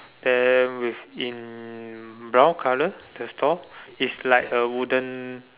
then with in brown colour the store is like a wooden